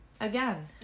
again